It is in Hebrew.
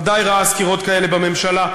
הוא ודאי ראה סקירות כאלה בממשלה.